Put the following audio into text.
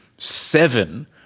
Seven